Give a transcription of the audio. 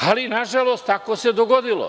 Ali, nažalost, tako se dogodilo.